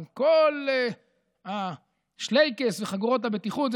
עם כל השלייקעס וחגורות הבטיחות.